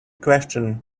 question